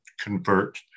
convert